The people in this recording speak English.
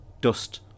dust